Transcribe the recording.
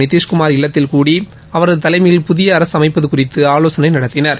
நிதிஷ்குமார் இல்லத்தில் கூடி அவரது தலைமயில் புதிய அரசு அமைப்பது குறித்து ஆலோசனை நடத்தினர்